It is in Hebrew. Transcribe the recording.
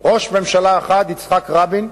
ראש ממשלה אחד, יצחק רבין,